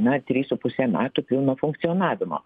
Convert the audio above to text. na trys su puse metų pilno funkcionavimo